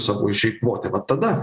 savo išeikvoti vat tada